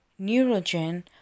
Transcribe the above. Neurogen